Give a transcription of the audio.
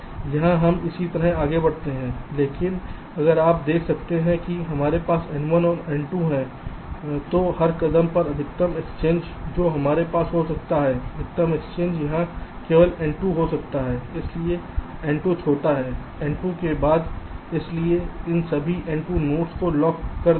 इसलिए यहां हम इसी तरह आगे बढ़ते हैं लेकिन अगर आप देख सकते हैं कि हमारे पास n1 और n2 है तो हर कदम पर अधिकतम एक्सचेंज जो हमारे पास हो सकते हैं अधिकतम एक्सचेंज यहां केवल n2 हो सकते हैं क्योंकि n2 छोटा है n2 के बाद इसलिए इन सभी n2 नोड्स को लॉक कर दिया जाएगा